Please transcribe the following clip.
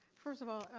first of all,